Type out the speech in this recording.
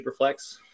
Superflex